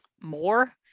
More